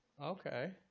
Okay